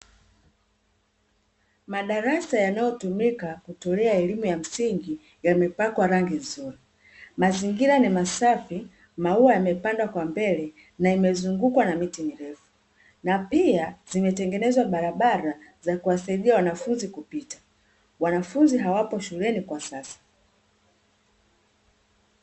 Madarasa yanayotumika kutolea elimu ya msingi, yamepakwa rangi nzuri, mazingira ni masafi, maua yamepandwa kwa mbele, na imezungukwa na miti mirefu, na pia zimetengenezwa barabara za kuwasaidia wanafunzi kupita. Wanafunzi hawapo shuleni kwa sasa.